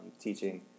teaching